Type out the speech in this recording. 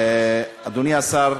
אדוני השר,